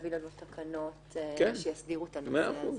להביא תקנות שיסדירו את הנושא הזה.